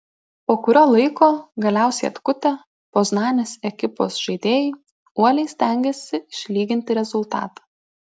po kurio laiko galiausiai atkutę poznanės ekipos žaidėjai uoliai stengėsi išlyginti rezultatą